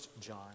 John